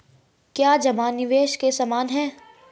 क्या जमा निवेश के समान है?